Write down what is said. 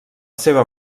seva